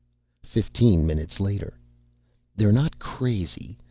fifteen minutes later they're not crazy,